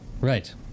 right